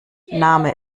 name